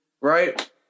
right